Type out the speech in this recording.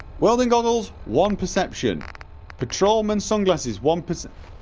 welding goggles one perception patrolman sunglasses, one percep